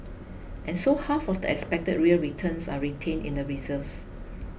and so half of the expected real returns are retained in the reserves